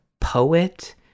poet